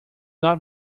not